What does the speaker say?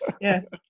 yes